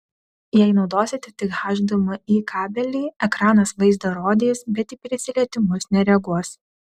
jei naudosite tik hdmi kabelį ekranas vaizdą rodys bet į prisilietimus nereaguos